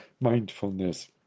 mindfulness